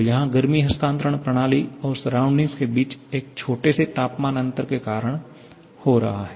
तो यहाँ गर्मी हस्तांतरण प्रणाली और सराउंडिंग के बीच एक छोटे से तापमान अंतर के कारण हो रहा है